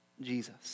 Jesus